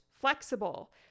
flexible